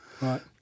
Right